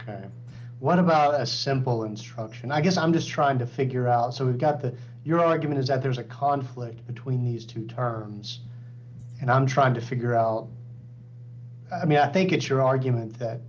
person what about a simple instruction i guess i'm just trying to figure out so we've got the your argument is that there's a conflict between these two arms and i'm trying to figure out i mean i think it's your argument that